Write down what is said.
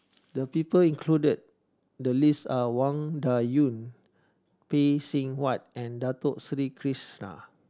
the people included in the list are Wang Dayuan Phay Seng Whatt and Dato Sri Krishna